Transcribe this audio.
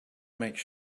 make